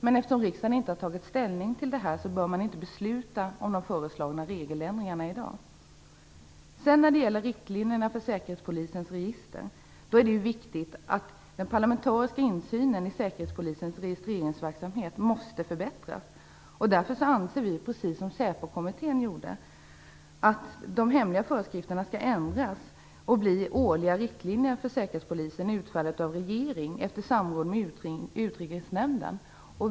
Men eftersom riksdagen inte har tagit ställning till detta bör den inte i dag besluta om de föreslagna regeländringarna. När det gäller riktlinjerna för Säkerhetspolisens register är det viktigt att den parlamentariska insynen i Säkerhetspolisens registreringsverksamhet förbättras. Därför anser vi i Vänsterparitet, precis som Säpokommittén gjorde, att de hemliga föreskrifterna skall ändras och bli årliga riktlinjer för Säkerhetspolisen utfärdade av regeringen efter samråd med Utrikesnämnden.